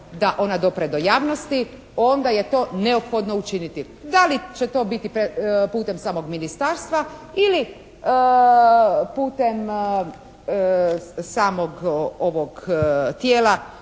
da ona dopre do javnosti, onda je to neophodno učiniti. Da li će to biti putem samog ministarstva ili putem samog tijela